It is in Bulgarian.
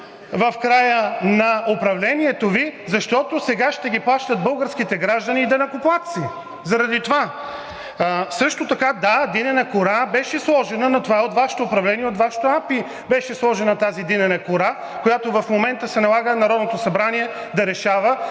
в края на управлението Ви, защото сега ще ги плащат българските граждани и данъкоплатци – заради това. Също така – да, динена кора беше сложена, но това е Вашето управление и от Вашето АПИ беше сложена тази динена кора, която в момента се налага Народното събрание да решава,